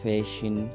Fashion